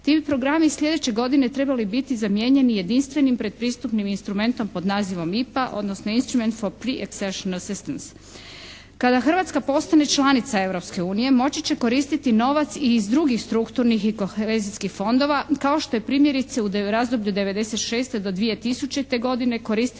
bi programi sljedeće godine trebali biti zamijenjeni jedinstvenim predpristupnim instrumentom pod nazivom IPA odnosno Instrument for … /Govornica se ne razumije./ … asistence. Kada Hrvatska postane članica Europske unije moći će koristiti novac i iz drugih strukturnih i kohezijskih fondova kao što je primjerice u razdoblju od 1996. do 2000. godine koristila